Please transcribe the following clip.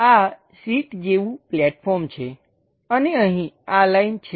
આ સીટ જેવું પ્લેટફોર્મ છે અને અહીં આ લાઈન છે